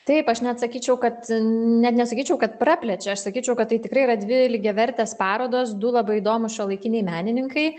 taip aš net sakyčiau kad net nesakyčiau kad praplečia aš sakyčiau kad tai tikrai yra dvi lygiavertės parodos du labai įdomūs šiuolaikiniai menininkai